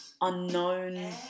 unknown